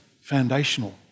foundational